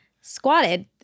squatted